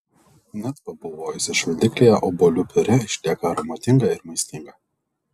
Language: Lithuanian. net pabuvojusi šaldiklyje obuolių piurė išlieka aromatinga ir maistinga